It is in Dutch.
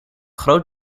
groot